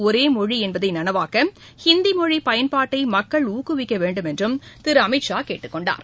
ஒரே மொழி என்பதை நனவாக்க ஹிந்தி மொழி பயன்பாட்டை மக்கள் ஊக்குவிக்கவேண்டும் என்று திரு அமித்ஷா கேட்டுக்கொண்டார்